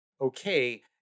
okay